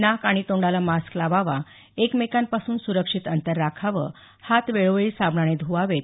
नाक आणि तोंडाला मास्क लावावा एकमेकांपासून सुरक्षित अंतर राखावं हात वेळोवेळी साबणाने धवावेत